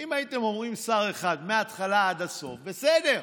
אם הייתם אומרים שר אחד מההתחלה עד הסוף, בסדר,